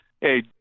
hey